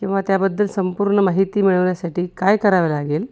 किंवा त्याबद्दल संपूर्ण माहिती मिळवण्यासाठी काय करावं लागेल